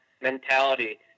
mentality